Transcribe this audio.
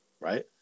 Right